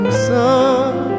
sun